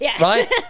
right